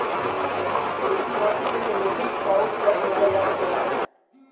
कृषि भौतिकी से मिट्टी कअ सेहत सुधारल जा सकेला